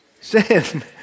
sin